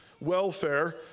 welfare